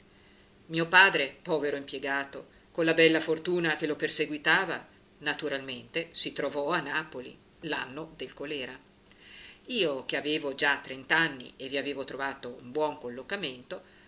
mio padre povero impiegato con la bella fortuna che lo perseguitava naturalmente si trovò a napoli l'anno del colera io che avevo già trent'anni e vi avevo trovato un buon collocamento